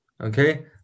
okay